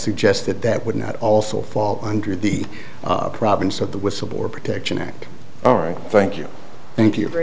suggested that would not also fall under the province of the whistleblower protection act all right thank you thank you very